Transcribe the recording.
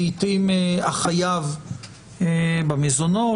לעתים החייב במזונות,